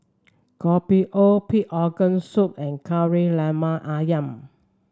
Kopi O Pig Organ Soup and Kari Lemak ayam